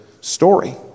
story